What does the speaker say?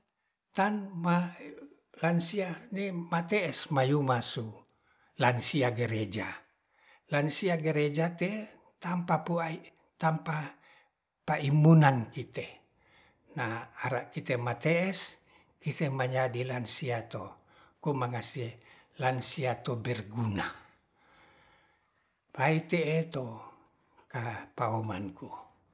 Tan ma lansia mate'es mayu masu lansia gereja, lansia gereja tetampa pu ai tampa paimunan kite ara kite mate'es kite manyadi lansia to to mangase lansia to barguna bae te'e to apaomanku